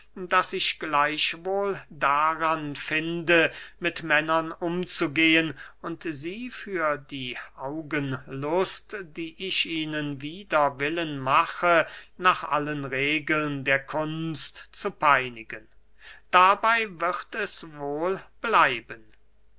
das ich gleichwohl daran finde mit männern umzugehen und sie für die augenlust die ich ihnen wider willen mache nach allen regeln der kunst zu peinigen dabey wird es wohl bleiben